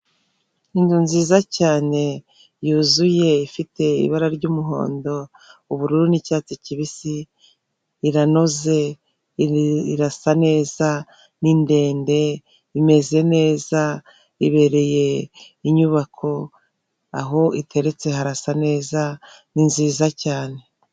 Inzu nziza cyane, yuzuye ifite ibara ry'umuhondo, ubururu n'icyatsi kibisi, iranoze, irasa neza, ni ndende, imeze neza, ibereye inyubako, aho iteretse harasa neza, ni nziza cyane.